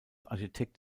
architekt